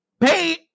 pay